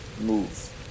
move